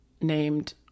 named